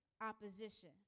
opposition